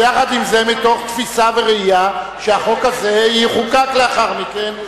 אבל יחד עם זאת מתוך תפיסה וראייה שהחוק הזה יחוקק לאחר מכן,